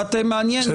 זה